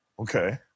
Okay